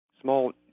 small